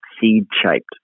seed-shaped